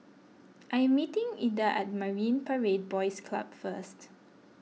I am meeting Ilda at Marine Parade Boys Club first